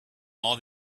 all